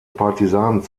partisanen